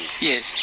Yes